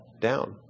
Down